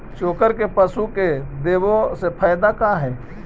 चोकर के पशु के देबौ से फायदा का है?